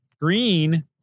green